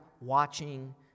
watching